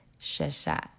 Sheshat